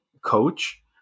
coach